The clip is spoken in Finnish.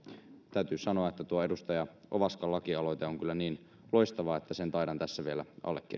täytyy sanoa että tuo edustaja ovaskan lakialoite on kyllä niin loistava että sen taidan tässä vielä